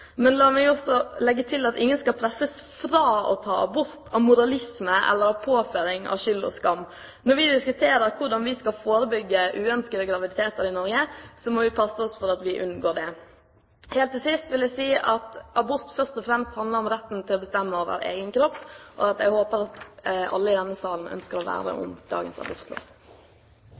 Men la meg også legge til at ingen skal presses fra å ta abort på grunn av moralisme eller påføring av skyld og skam. Når vi diskuterer hvordan vi skal forebygge uønskede graviditeter, må vi passe oss for at vi unngår det. Helt til sist vil jeg si at abort først og fremst handler om retten til å bestemme over egen kropp, og at jeg håper at alle i denne salen ønsker å verne om dagens